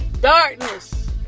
Darkness